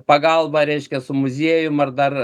pagalba reiškia su muziejumi ar dar